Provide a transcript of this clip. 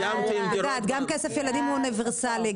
גם כסף לילדים הוא אוניברסלי,